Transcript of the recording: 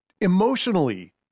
emotionally